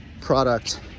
product